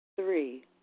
Three